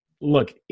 look